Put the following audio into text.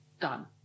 done